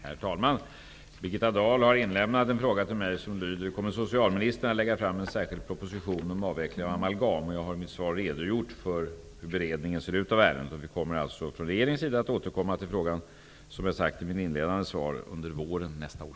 Herr talman! Birgitta Dahl har inlämnat en fråga till mig som lyder: Kommer socialministern att lägga fram en särskild proposition om avveckling av amalgam? Jag har i mitt svar redogjort för hur beredningen av ärendet ser ut. Vi kommer alltså från regeringens sida att återkomma till frågan under våren nästa år.